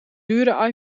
dure